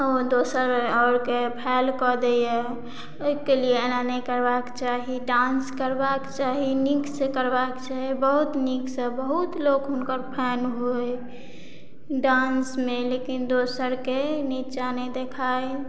दोसर आओर के फैल कऽ दैया ओहिके लिए एना नहि करबाक चाही डान्स करबाक चाही नीक से करबाक चाही बहुत नीकसँ बहुत लोक हुनकर फैन होइ डान्समे लेकिन दोसरके नीचाँ नहि देखाइ